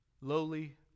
lowly